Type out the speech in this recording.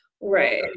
Right